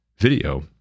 video